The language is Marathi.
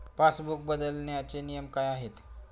पासबुक बदलण्याचे नियम काय आहेत?